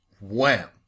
wham